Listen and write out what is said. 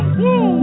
woo